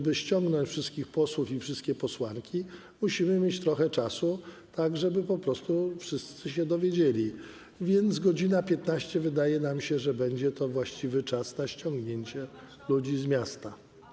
Aby ściągnąć wszystkich posłów i wszystkie posłanki, musimy mieć trochę czasu, tak żeby po prostu wszyscy się dowiedzieli, a więc 1 godzina 15 minut, jak się nam wydaje, to będzie właściwy czas na ściągnięcie ludzi z miasta.